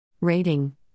Rating